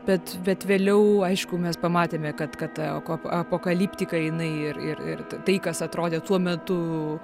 bet bet vėliau aišku mes pamatėme kad kad ta apokaliptika jinai ir ir ir tai kas atrodė tuo metu